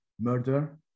murder